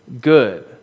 good